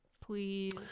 Please